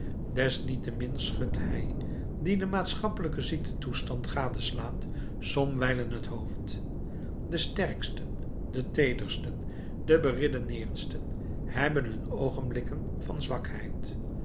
desniettemin schudt hij die den maatschappelijken ziektetoestand gadeslaat somwijlen het hoofd de sterksten de teedersten de beredeneerdsten hebben hun oogenblikken van zwakheid